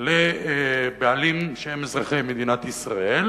עם בעלים אזרחי מדינת ישראל,